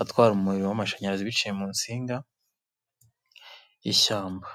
atwara umuriro w'amashanyarazi biciye mu nsinga, ishyamba.